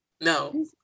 no